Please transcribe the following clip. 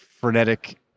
frenetic